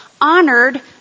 honored